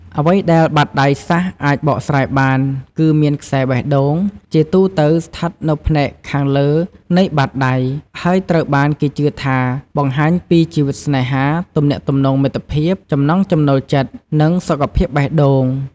អ្វីដែលបាតដៃសាស្រ្តអាចបកស្រាយបាន គឺមានខ្សែបេះដូង ជាទូទៅស្ថិតនៅផ្នែកខាងលើនៃបាតដៃ ហើយត្រូវបានគេជឿថាបង្ហាញពីជីវិតស្នេហា ទំនាក់ទំនងមិត្តភាព ចំណង់ចំណូលចិត្ត និងសុខភាពបេះដូង។